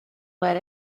let